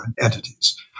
entities